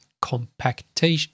compaction